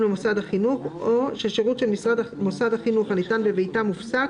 למוסד החינוך או ששירות של מוסד חינוך הניתן בביתם הופסק,